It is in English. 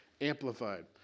Amplified